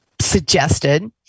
suggested